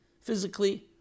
physically